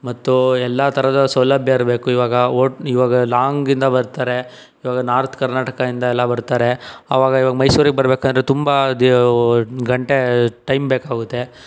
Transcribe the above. ಮತ್ತು ಎಲ್ಲ ಥರದ ಸೌಲಭ್ಯ ಇರಬೇಕು ಈವಾಗ ಒಟ್ ಈವಾಗ ಲಾಂಗಿಂದ ಬರ್ತಾರೆ ಈವಾಗ ನಾರ್ತ್ ಕರ್ನಾಟಕದಿಂದ ಎಲ್ಲ ಬರ್ತಾರೆ ಆವಾಗ ಈವಾಗ ಮೈಸೂರಿಗೆ ಬರ್ಬೇಕಂದ್ರೆ ತುಂಬ ಗಂಟೆ ಟೈಮ್ ಬೇಕಾಗುತ್ತೆ